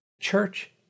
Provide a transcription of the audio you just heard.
church